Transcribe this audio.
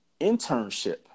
internship